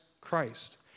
Christ